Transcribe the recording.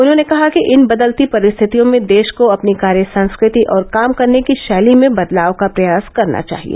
उन्होंने कहा कि इन बदलती परिस्थितियों में देश को अपनी कार्य संस्कृति और काम करने की शैली में बदलाव का प्रयास करना चाहिए